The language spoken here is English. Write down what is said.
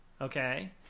okay